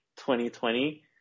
2020